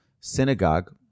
synagogue